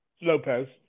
Lopez